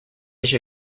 eix